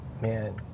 man